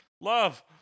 Love